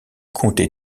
comptait